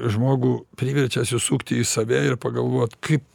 žmogų priverčia atsisukti į save ir pagalvot kaip